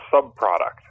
sub-product